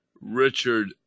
Richard